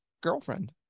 girlfriend